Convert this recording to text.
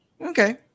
Okay